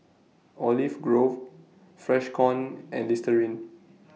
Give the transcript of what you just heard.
Olive Grove Freshkon and Listerine